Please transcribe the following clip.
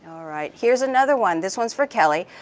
alright, here's another one, this one's for kelly.